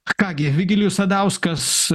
ką gi vigilijus sadauskas